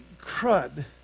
crud